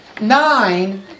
Nine